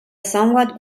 somewhat